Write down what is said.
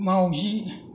माउजि